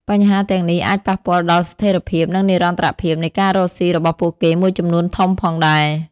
បញ្ហាទាំងនេះអាចប៉ះពាល់ដល់ស្ថិរភាព និងនិរន្តរភាពនៃការរកស៊ីរបស់ពួកគេមួយចំនួនធំផងដែរ ។